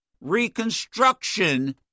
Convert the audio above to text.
Reconstruction